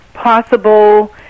Possible